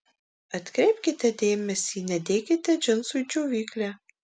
atkreipkite dėmesį nedėkite džinsų į džiovyklę